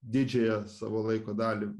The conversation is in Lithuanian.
didžiąją savo laiko dalį